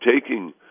taking